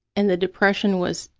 and the depression was,